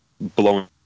blowing